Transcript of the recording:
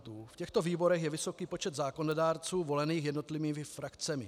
V těchto výborech je vysoký počet zákonodárců volených jednotlivými frakcemi.